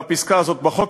והפסקה הזאת בחוק,